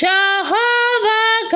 Jehovah